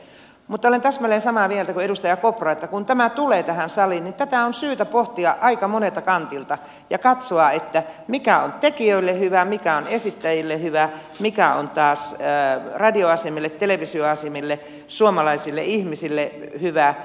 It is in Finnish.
mutta olen täsmälleen samaa mieltä kuin edustaja kopra että kun tämä tulee tähän saliin tätä on syytä pohtia aika monelta kantilta ja katsoa mikä on tekijöille hyvä mikä on esittäjille hyvä mikä on taas radioasemille televisioasemille suomalaisille ihmisille hyvä